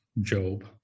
Job